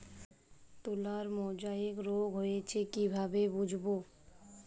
তুলার মোজাইক রোগ হয়েছে কিভাবে বুঝবো?